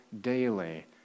daily